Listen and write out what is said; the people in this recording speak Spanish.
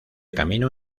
camino